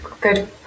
good